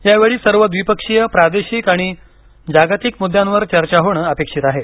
यावेळी सर्व द्विपक्षीय प्रादेशिक आणि जागतिक मुद्द्यांवर चर्चा होणं अपेक्षित आहे